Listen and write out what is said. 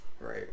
Right